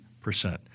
percent